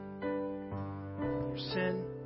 sin